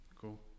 Cool